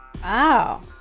Wow